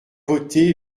voté